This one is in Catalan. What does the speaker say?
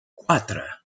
quatre